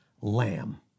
lamb